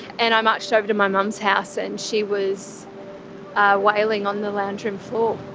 and i marched over to my mum's house and she was wailing on the loungeroom floor